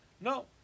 No